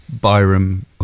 Byram